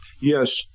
yes